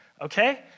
Okay